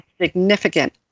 significant